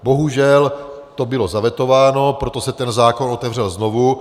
Bohužel to bylo zavetováno, proto se ten zákon otevřel znovu.